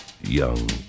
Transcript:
young